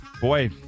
Boy